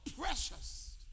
precious